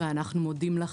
ואנחנו מודים לך.